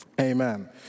amen